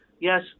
yes